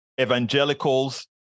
evangelicals